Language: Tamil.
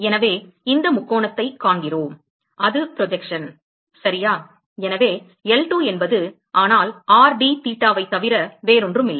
எனவே இந்த முக்கோணத்தை காண்கிறோம் அது ப்ரொஜெக்ஷன் சரியா எனவே L2 என்பது ஆனால் r d theta வைத் தவிர வேறொன்றுமில்லை